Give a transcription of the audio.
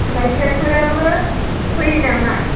मास्टारफोराबो फैयो नामा